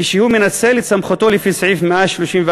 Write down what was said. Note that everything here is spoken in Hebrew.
כשהוא מנצל את סמכותו לפי סעיף 143א,